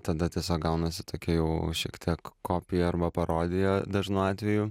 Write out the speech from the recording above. tada tiesiog gaunasi tokia jau šiek tiek kopija arba parodija dažnu atveju